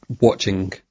watching